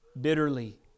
bitterly